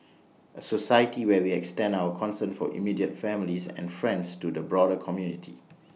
A society where we extend our concern for immediate families and friends to the broader community